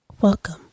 Welcome